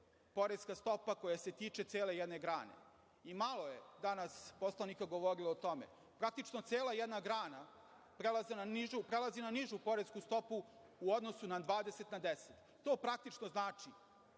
poreska stopa koja se tiče cele jedne grane i malo je danas poslanika govorilo o tome. Praktično cela jedna grana prelazi na nižu poresku stopu u odnosu na 20 na 10. To praktično znači